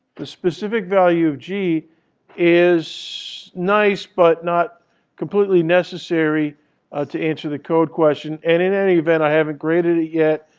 the specific value of g is nice but not completely necessary to answer the code question. and in any event, i haven't graded it yet.